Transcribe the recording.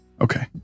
okay